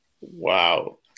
Wow